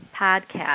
podcast